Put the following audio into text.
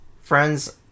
friends